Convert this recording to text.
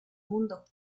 mundo